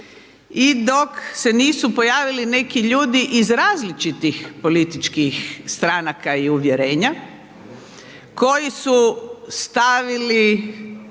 I dok se nisu pojavili neki ljudi iz različitih političkih stranaka i uvjerenja, koji su stavili